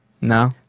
No